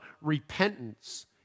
repentance